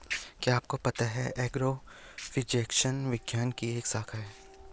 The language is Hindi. क्या आपको पता है एग्रोफिजिक्स विज्ञान की एक शाखा है?